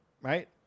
right